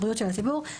הציבור,